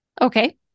Okay